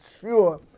sure